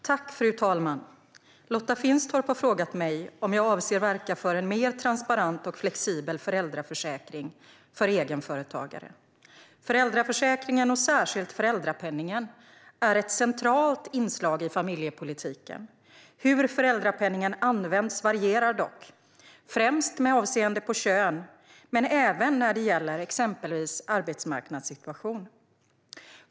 Svar på interpellationer Fru talman! Lotta Finstorp har frågat mig om jag avser att verka för en mer transparent och flexibel föräldraförsäkring för egenföretagare. Föräldraförsäkringen och särskilt föräldrapenningen är ett centralt inslag i familjepolitiken. Hur föräldrapenningen används varierar dock, främst med avseende på kön men även när det gäller exempelvis arbetsmarknadssituation.